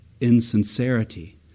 insincerity